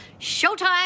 showtime